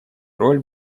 роль